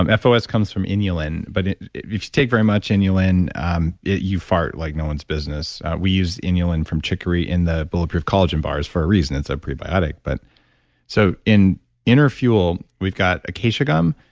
um fos comes from inulin, but if you take very much inulin um you fart like no one's business. business. we use inulin from chicory in the bulletproof collagen bars for a reason, it's a prebiotic. but so in inner fuel we've got acacia gum,